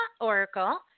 oracle